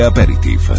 Aperitif